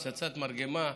פצצת מרגמה,